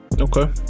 okay